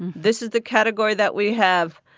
this is the category that we have.